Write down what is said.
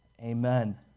Amen